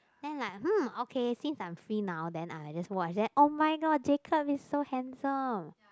then like mm okay since I am free now then I will just watch then oh-my-god Jacob is so handsome